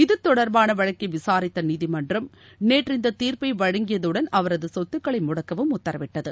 இது தொடர்பாள வழக்கை விசாரித்த நீதிமன்றம் நேற்று இந்தத் தீர்ப்பை வழங்கியதுடன் அவரது சொத்துகளை முடக்கவும் உத்தரவிட்டது